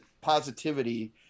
positivity